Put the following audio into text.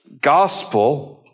gospel